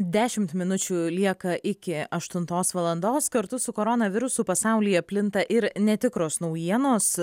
dešimt minučių lieka iki aštuntos valandos kartu su koronavirusu pasaulyje plinta ir netikros naujienos